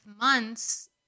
months